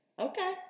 Okay